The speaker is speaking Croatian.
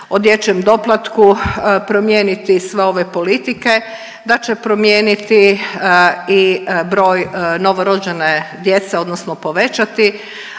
o dječjem doplatku promijeniti sve ove politike, da će promijeniti i broj novorođene djece, odnosno povećati,